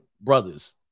brothers